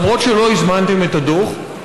למרות שלא הזמנתם את הדוח,